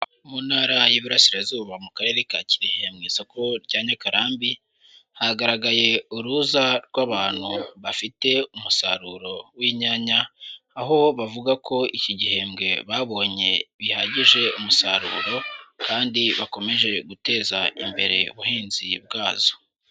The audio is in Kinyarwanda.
Mu ntara y'Iburasirazuba mu Karere ka Kirehe mu isoko rya Nyakarambi, hagaragaye uruza rw'abantu bafite umusaruro w'inyanya, aho bavuga ko iki gihembwe babonye bihagije umusaruro kandi bakomeje guteza imbere ubuhinzi bwazo.